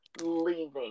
leaving